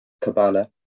Kabbalah